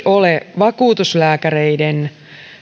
ole vakuutuslääkäreiden